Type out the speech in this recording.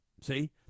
See